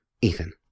Ethan